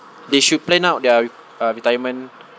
they should plan out their re~ uh retirement